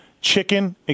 Chicken